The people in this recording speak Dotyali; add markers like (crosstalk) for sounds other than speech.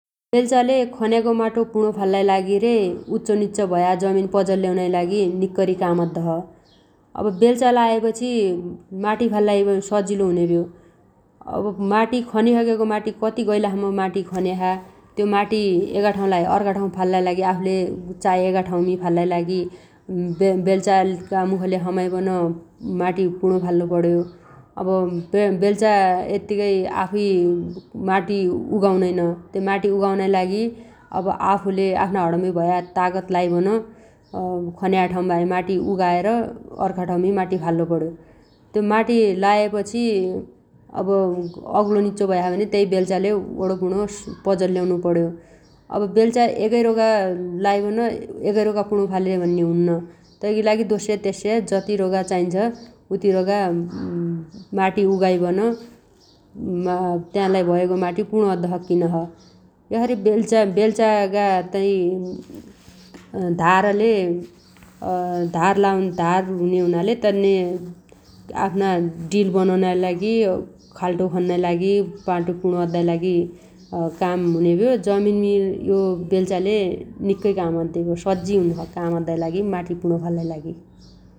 बेल्चाले खन्यागो माटो पुणो फाल्लाइ लागि रे उच्चो निच्चो भया जमिन पजल्ल्याउनाइ लागि निक्कैरी काम अद्दोछ । अब बेल्चा लायपछि माटी फाल्लाइ सजिलो हुनेभ्यो । अब माटी खनिसगेगो माटी कति गैलासम्म माटी खन्याछ त्यो माटी एगाठाउलाहै अर्खा ठाउ फाल्लाइ लागि आफुले चाइएगा ठाउमी फाल्लाइ लागि बेल्चागा मुखले समाइबन माटी पुणो फाल्लो पण्यो । अब बेल्चा यत्तिगै आफुइ माटी उगाउनैन । तै माटी उगाउनाइ लागि अब आफुले आफ्ना हणमी भया तागत लाइबन (hesitation) खन्या ठाउम्बाहै माटी उगाइएर (hesitation) अर्खा ठाउमी माटी फाल्लुपण्यो । त्यो माटी लायपछी अब अग्लो निच्चो भया छ भने तै बेल्चाले ओणोपुणो पजल्ल्याउनु पण्यो । अब बेल्चा एगै रोगा लाइबन एगैरोगा पुणो फाल्ले भन्ने हुन्न । तैगीलागी दोस्से तेस्स्या जति रोगा चाइन्छ उति रोगा माटी उगाइबन (hesitation) तालाइ भयागो माटी पुणो अद्द सक्किनोछ । यसरी बेल्चागा तै (hesitation) धारले धार लाउने हुने हुनाले तन्ने आफ्ना डिल बनाउनाइ लागि खाल्डो खन्नाइ लागि माटो पुणो अद्दाइ लागि काम हुनेभ्यो जमिनमी यो बेल्चाले निक्कै काम अद्देभ्यो । सज्जी हुनोछ काम अद्दाइ लागि माटी पुणो फाल्लाइ लागि ।